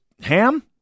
ham